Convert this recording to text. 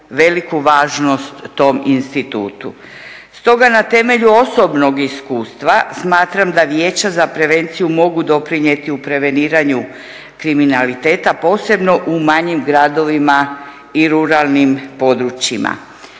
veliku važnost tom institutu. Stoga na temelju osobnog iskustva smatram za vijeća za prevenciju mogu doprinijeti u preveniranju kriminaliteta posebno u manjim gradovima i ruralnim područjima.